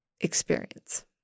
experience